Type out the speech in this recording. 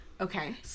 okay